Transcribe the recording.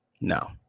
no